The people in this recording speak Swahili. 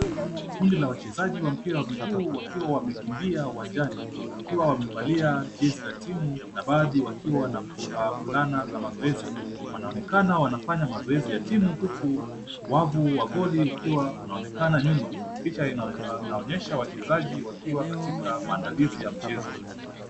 Kundi la wachezaji wa mpira wa miguu wakiwa wamekimbia uwanjani, wakiwa wamevalia jezi la timu na vazi wakiwa na fulana za mazoezi, wanaonekana wanafanya mazoezi ya timu huku wavu wa goli ukiwa unaonekana nyuma, picha inaonyesha wachezaji wakiwa katika maandalizi ya michezo .